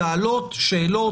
להעלות שאלות,